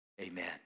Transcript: Amen